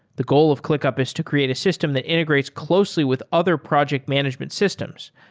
the goal of clickup is to create a system that integrates closely with other project management systems,